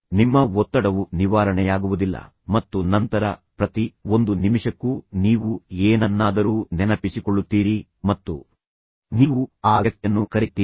ನಿಮ್ಮ ಒತ್ತಡವು ನಿವಾರಣೆಯಾಗುವುದಿಲ್ಲ ಮತ್ತು ನಂತರ ಪ್ರತಿ ಒಂದು ನಿಮಿಷಕ್ಕೂ ನೀವು ಏನನ್ನಾದರೂ ನೆನಪಿಸಿಕೊಳ್ಳುತ್ತೀರಿ ಮತ್ತು ನೀವು ಆ ವ್ಯಕ್ತಿಯನ್ನು ಕರೆ ಮಾಡುತ್ತೀರಿ